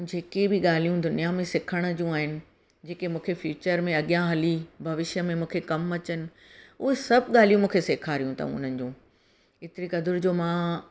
ऐं जेके बि ॻाल्हियूं दुनिया में सिखण जूं आहिनि जेके मूंखे फ्युचर में अॻियां हली भविष्य में मूंखे कमु अचनि उहे सबि ॻाल्हियूं मूंखे सेखारियूं अथऊं उन्हनि जूं एतिरे क़दुर जो मां